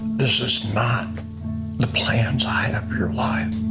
this is not the plans i have for your life.